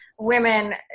women